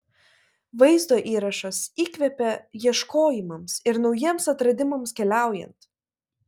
vaizdo įrašas įkvepia ieškojimams ir naujiems atradimams keliaujant